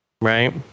Right